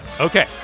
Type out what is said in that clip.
Okay